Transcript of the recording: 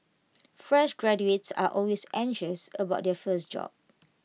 fresh graduates are always anxious about their first job